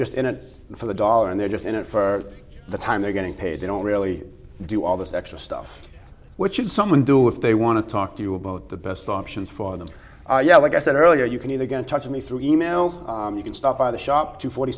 just in it for the dollar and they're just in it for the time they're getting paid they don't really do all this extra stuff which is someone do if they want to talk to you about the best options for them yeah like i said earlier you can either get in touch me through e mail you can stop by the shop to forty